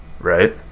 Right